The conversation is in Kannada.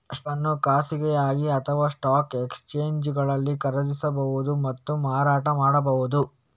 ಸ್ಟಾಕ್ ಅನ್ನು ಖಾಸಗಿಯಾಗಿ ಅಥವಾಸ್ಟಾಕ್ ಎಕ್ಸ್ಚೇಂಜುಗಳಲ್ಲಿ ಖರೀದಿಸಬಹುದು ಮತ್ತು ಮಾರಾಟ ಮಾಡಬಹುದು